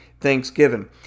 Thanksgiving